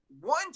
one